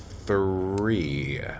three